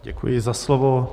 Děkuji za slovo.